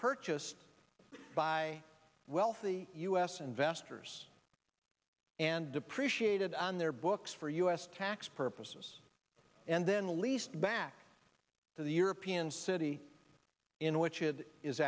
purchased by wealthy u s investors and depreciated on their books for u s tax purposes and then released back to the european city in which it is